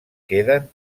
queden